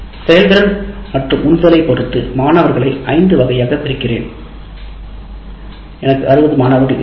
செயல்திறன் மற்றும் உந்துதலை பொறுத்து மாணவர்களை ஐந்து வகையாகப் பிரிக்கிறேன் எனக்கு 60 மாணவர்கள் இருந்தால்